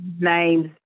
names